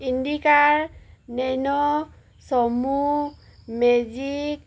Indica nano sumo magic